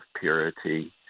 purity